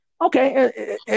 okay